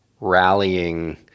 rallying